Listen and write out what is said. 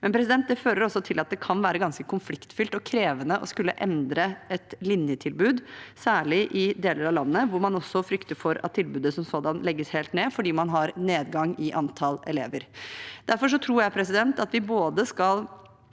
Men det fører også til at det kan være ganske konfliktfylt og krevende å skulle endre et linjetilbud, særlig i deler av landet hvor man frykter for at tilbudet som sådan legges helt ned fordi man har nedgang i antall elever. Derfor tror jeg vi skal